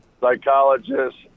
psychologist